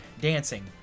dancing